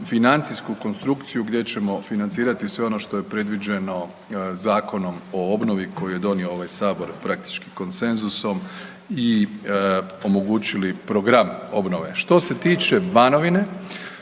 financijsku konstrukciju gdje ćemo financirati sve ono što je predviđeno Zakonom o obnovi koji je donio ovaj Sabor praktički konsenzusom i omogućili program obnove. Što se tiče Banovine,